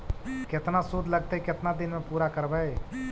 केतना शुद्ध लगतै केतना दिन में पुरा करबैय?